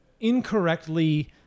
incorrectly